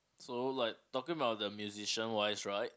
so like talking about the musician wise right